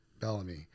Bellamy